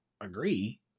agree